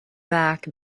back